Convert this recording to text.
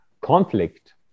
conflict